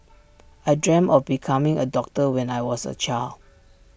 I dreamt of becoming A doctor when I was A child